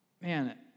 man